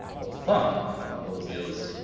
but funk, in those years,